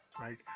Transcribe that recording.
Right